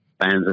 fans